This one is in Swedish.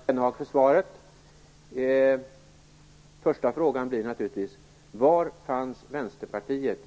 Herr talman! Jag tackar Jan Jennehag för svaret. Första frågan blir naturligtvis följande: Var fanns Vänsterpartiet